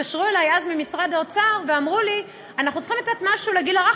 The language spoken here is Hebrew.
התקשרו אלי ממשרד האוצר ואמרו לי: אנחנו צריכים לתת משהו לגיל הרך,